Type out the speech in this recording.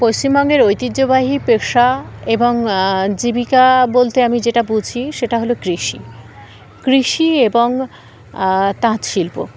পশ্চিমবঙ্গের ঐতিহ্যবাহী পেশা এবং জীবিকা বলতে আমি যেটা বুঝি সেটা হলো কৃষি কৃষি এবং তাঁত শিল্প